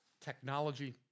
technology